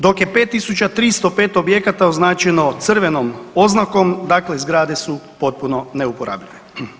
Dok je 5 305 objekata označeno crvenom oznakom, dakle zgrade su potpuno neuporabljive.